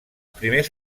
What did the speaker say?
primers